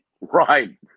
Right